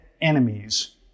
enemies